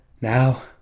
Now